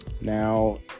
Now